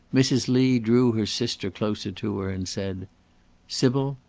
mrs. lee drew her sister closer to her, and said sybil,